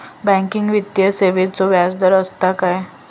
Banking वित्तीय सेवाचो व्याजदर असता काय?